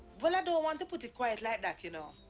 well, i don't want to put it quite like that, you know.